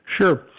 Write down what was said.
Sure